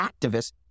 activists